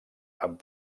amb